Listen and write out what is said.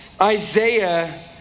Isaiah